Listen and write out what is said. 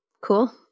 Cool